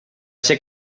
ser